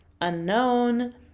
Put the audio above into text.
unknown